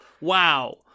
wow